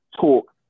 talk